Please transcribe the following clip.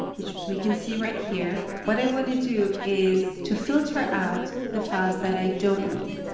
which we can see right here, what i want to do is to filter out the files that i don't need.